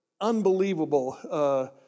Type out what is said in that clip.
unbelievable